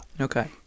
Okay